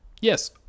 Yes